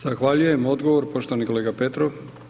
Zahvaljujem, odgovor poštovani kolega Petrov.